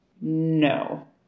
No